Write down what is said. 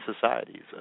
societies